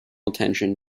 attention